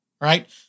right